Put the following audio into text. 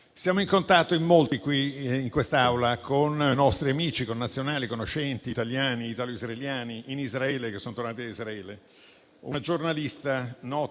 Siamo in contatto in molti, qui in quest'Aula, con nostri amici, connazionali e conoscenti italiani e italo-israeliani in Israele o che sono tornati in Israele. Una nota giornalista,